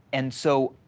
and so,